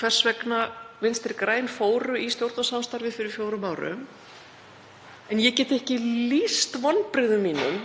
hvers vegna Vinstri græn fóru í stjórnarsamstarfið fyrir fjórum árum. En ég get ekki lýst vonbrigðum mínum